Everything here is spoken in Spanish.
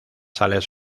sales